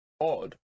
odd